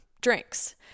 drinks